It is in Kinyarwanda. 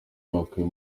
bakuye